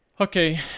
Okay